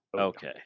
Okay